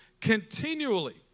continually